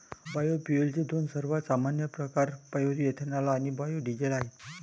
बायोफ्युएल्सचे दोन सर्वात सामान्य प्रकार बायोएथेनॉल आणि बायो डीझेल आहेत